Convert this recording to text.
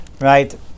right